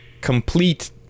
complete